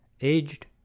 aged